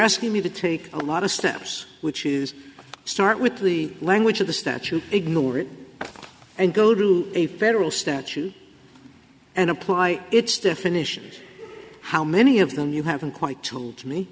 asking me to take a lot of steps which is start with the language of the statute ignore it and go to a federal statute and apply its definitions how many of them you haven't quite tool to me